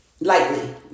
lightly